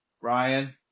Ryan